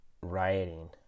rioting